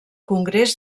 congrés